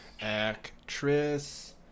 Actress